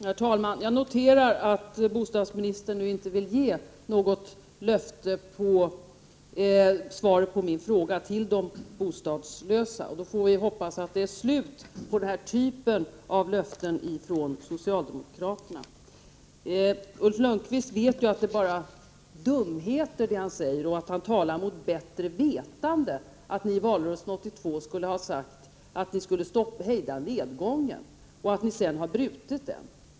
Herr talman! Jag noterar att bostadsministern inte vill ge något svar på min fråga och till de bostadslösa. Vi får hoppas att det är slut på denna typ av löften ifrån socialdemokraterna. Ulf Lönnqvist vet ju att det är bara dumheter som han säger. Han talar mot bättre vetande när han säger att socialdemokraterna i valrörelsen 1982 skulle ha sagt att de skulle hejda nedgången och att de sedan har brutit den.